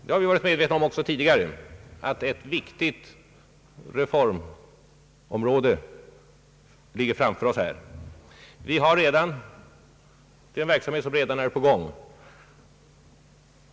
Vi har också tidigare varit medvetna om att ett viktigt reform område ligger framför oss i detta avseende. Detta arbete har inletts långt innan dagens debatt.